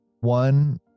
One